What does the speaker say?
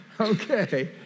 Okay